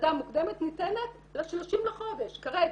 גרידה מוקדמת ניתנת ל-30 לחודש כרגע.